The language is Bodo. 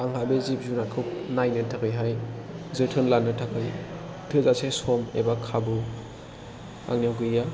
आंहा बे जिब जुनारखौ नायनो थाखायहाय जोथोन लानो थाखाय थोजासे सम एबा खाबु आंनियाव गैया